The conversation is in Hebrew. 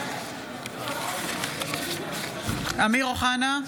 (קוראת בשמות חברי הכנסת) אמיר אוחנה,